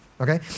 okay